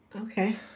Okay